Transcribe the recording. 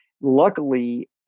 luckily